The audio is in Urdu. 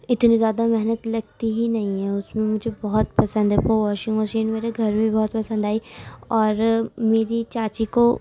اتنی زیادہ محنت لگتی ہی نہیں ہے اس میں مجھے بہت پسند ہے وہ واشنگ مشین میرے گھر بھی بہت پسند آئی اور میری چاچی کو